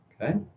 Okay